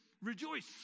rejoice